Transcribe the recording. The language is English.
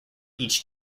each